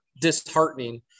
disheartening